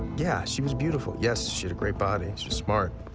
yeah, she was beautiful. yes, she had a great body, and she's smart.